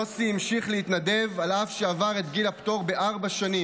יוסי המשיך להתנדב על אף שעבר את גיל הפטור בארבע שנים.